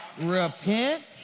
Repent